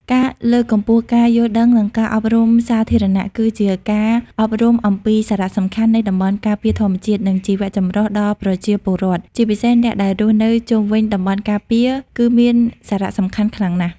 ការលើកកម្ពស់ការយល់ដឹង និងការអប់រំសាធារណៈ គឺជាការអប់រំអំពីសារៈសំខាន់នៃតំបន់ការពារធម្មជាតិ និងជីវៈចម្រុះដល់ប្រជាពលរដ្ឋ ជាពិសេសអ្នកដែលរស់នៅជុំវិញតំបន់ការពារ គឺមានសារៈសំខាន់ខ្លាំងណាស់។